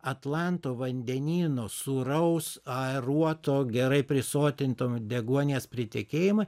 atlanto vandenyno sūraus aeruoto gerai prisotinto deguonies pritekėjimai